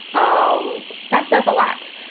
um that's s a lot,